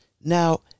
now